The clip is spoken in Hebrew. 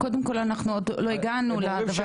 קודם כל לא הגענו לדבר הזה.